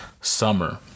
summer